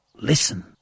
Listen